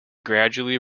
gradually